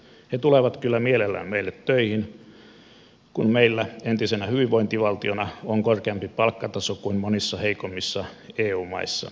he tulevat kyllä mielellään meille töihin kun meillä entisenä hyvinvointivaltiona on korkeampi palkkataso kuin monissa heikommissa eu maissa